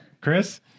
Chris